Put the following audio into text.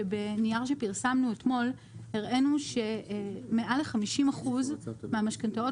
שבנייר שפרסמנו אתמול הראינו שמעל ל-50 אחוז מהמשכנתאות